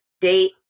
date